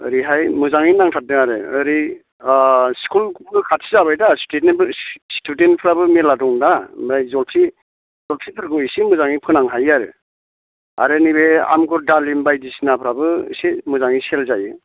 ओरैहाय मोजांयैनो नांथारदों आरो ओरै स्कुलबो खाथि जाबाय दा स्टुदेन्टफ्राबो मेल्ला दं दा ओमफ्राय जलफि जलफिफोरखौ इसे मोजाङै फोनांनो हायो आरो आरो नैबे आंगुर डालिम बायदिसिनाफ्राबो इसे मोजाङै सेल जायो